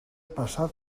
passat